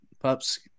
pups